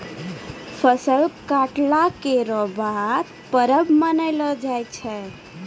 फसल कटला केरो बाद परब मनैलो जाय छै